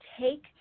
take